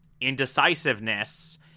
indecisiveness